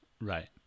Right